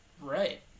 Right